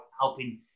helping